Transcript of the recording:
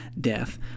death